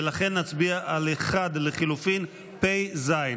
ולכן נצביע על 1 לחלופין פ"ז.